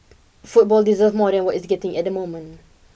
football deserve more than what it's getting at the moment